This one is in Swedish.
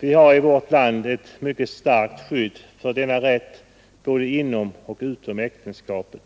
Vi har i vårt land ett mycket starkt skydd för denna rätt både inom och utom äktenskapet.